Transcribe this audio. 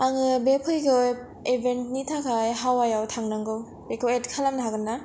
आङो बे फैगौ इभेन्टनि थाखाय हावाइआव थांनांगौ बेखौ एड खालामनो हागोन ना